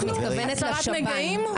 הסרת נגעים?